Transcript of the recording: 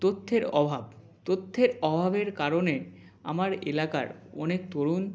তথ্যের অভাব তথ্যের অভাবের কারণে আমার এলাকার অনেক তরুণ